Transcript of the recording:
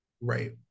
Right